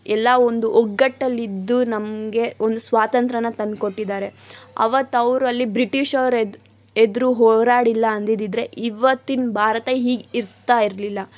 ಎಲ್ಲ ಒಂದು ಒಗ್ಗಟ್ಟಲ್ಲಿದ್ದು ನಮಗೆ ಒಂದು ಸ್ವಾತಂತ್ರ್ಯನ ತಂದುಕೊಟ್ಟಿದ್ದಾರೆ ಅವತ್ತು ಅವ್ರು ಅಲ್ಲಿ ಬ್ರಿಟಿಷವ್ರ ಎದ್ದು ಎದುರು ಹೋರಾಡಿಲ್ಲ ಅಂದಿದ್ದಿದ್ರೆ ಇವತ್ತಿನ ಭಾರತ ಹೀಗೆ ಇರ್ತಾ ಇರಲಿಲ್ಲ